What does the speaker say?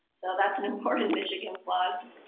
so that's an important michigan plug.